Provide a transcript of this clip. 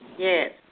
Yes